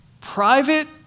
private